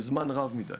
זמן רב מדי.